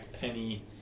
Penny